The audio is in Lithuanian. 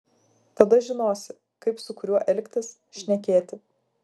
tada žinosi kaip su kuriuo elgtis šnekėti